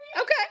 okay